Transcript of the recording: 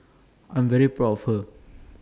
I'm very proud of her